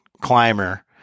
climber